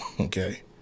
Okay